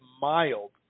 mild